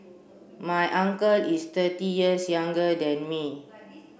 my uncle is thirty years younger than me